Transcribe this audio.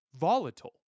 volatile